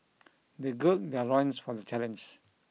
they gird their loins for the challenge